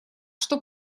что